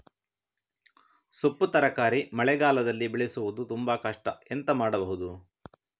ಸೊಪ್ಪು ತರಕಾರಿ ಮಳೆಗಾಲದಲ್ಲಿ ಬೆಳೆಸುವುದು ತುಂಬಾ ಕಷ್ಟ ಎಂತ ಮಾಡಬಹುದು?